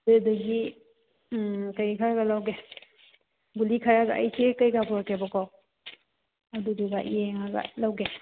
ꯑꯗꯨꯗꯨꯒꯤ ꯀꯔꯤ ꯈꯔꯒ ꯂꯧꯒꯦ ꯒꯨꯂꯤ ꯈꯔꯒ ꯑꯩ ꯆꯦ ꯀꯔꯤ ꯀꯔꯥ ꯄꯨꯔꯛꯀꯦꯕꯀꯣ ꯑꯗꯨꯗꯨꯒ ꯌꯦꯡꯂꯒ ꯂꯧꯒꯦ